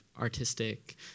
artistic